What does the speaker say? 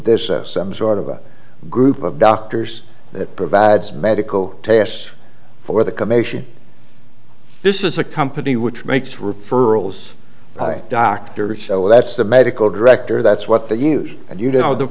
there's some sort of a group of doctors that provides medical tests for the commission this is a company which makes referrals by doctors so that's the medical director that's what they use and you know the